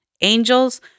angels